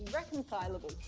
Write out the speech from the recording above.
irreconcilable